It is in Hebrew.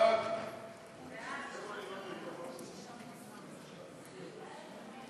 חוק ניירות ערך (תיקון מס' 66),